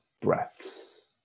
breaths